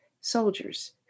soldiers